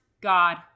God